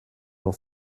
sur